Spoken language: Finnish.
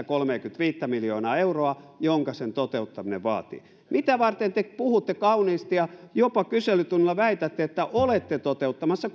kolmeakymmentäviittä miljoonaa euroa jonka sen toteuttaminen vaatii mitä varten te puhutte kauniisti ja jopa kyselytunnilla väitätte että olette toteuttamassa